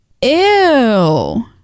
ew